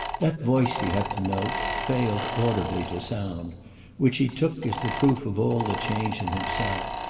that voice, he had to note, failed audibly to sound which he took as the proof of all the change in himself.